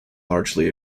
largely